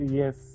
yes